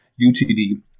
UTD